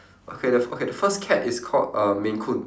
okay t~ okay the first cat is called uh maine-coon